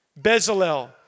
Bezalel